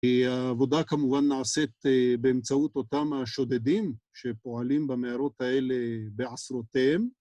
העבודה כמובן נעשית באמצעות אותם השודדים שפועלים במערות האלה בעשרותיהם.